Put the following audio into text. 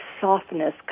softness